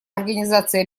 организации